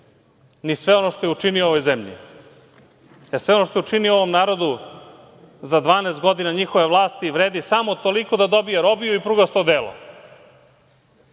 ni sve ono što je učinio ovoj zemlji. Sve ono što je učinio ovom narodu za 12 godina njihove vlasti vredi samo toliko da dobije robiju i prugasto odelo.